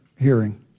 hearing